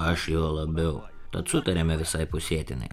aš juo labiau tad sutarėme visai pusėtinai